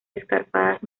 escarpadas